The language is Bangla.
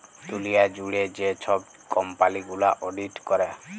দুঁলিয়া জুইড়ে যে ছব কম্পালি গুলা অডিট ক্যরে